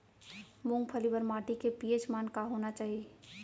मूंगफली बर माटी के पी.एच मान का होना चाही?